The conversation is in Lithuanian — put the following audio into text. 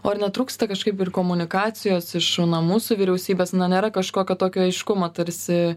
o ar netrūksta kažkaip ir komunikacijos iš na mūsų vyriausybės na nėra kažkokio tokio aiškumo tarsi